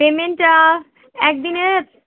পেমেন্টটা একদিনে